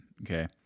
Okay